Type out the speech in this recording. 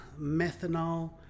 methanol